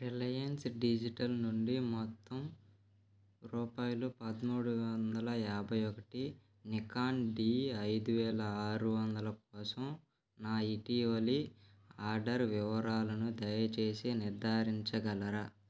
Reliance Digital నుండి మొత్తం రూపాయలు పదమూడు వందల యాభై ఒకటి నికాన్ డీ ఐదు వేల ఆరు వందల కోసం నా ఇటీవలి ఆర్డర్ వివరాలను దయచేసి నిర్ధారించగలరా